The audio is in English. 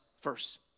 first